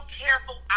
careful